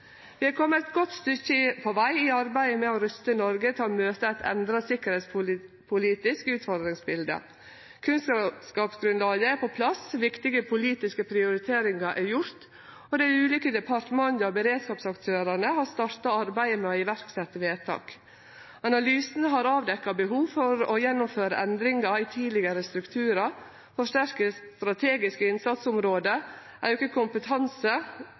Vi har kome eit godt stykke på veg i arbeidet med å ruste Noreg til å møte eit endra sikkerheitspolitisk utfordringsbilde. Kunnskapsgrunnlaget er på plass. Viktige politiske prioriteringar er gjorde, og dei ulike departementa og beredskapsaktørane har starta arbeidet med å setje i verk vedtak. Analysane har avdekt behov for å gjennomføre endringar i tidlegare strukturar, forsterke strategiske innsatsområde, auke kompetanse,